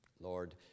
Lord